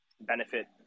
benefit